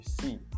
see